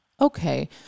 okay